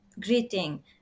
greeting